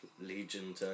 Legion